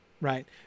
right